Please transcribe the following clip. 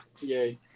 Yay